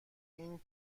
این